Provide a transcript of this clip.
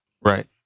Right